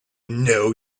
know